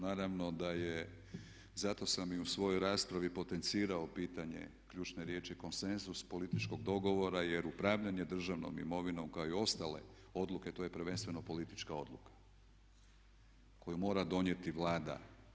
Naravno da je, zato sam i u svojoj raspravi potencirao pitanje ključne riječi konsenzus, političkog dogovora jer upravljanje državnom imovinom kao i ostale odluke to je prvenstveno politička odluka koju mora donijeti Vlada.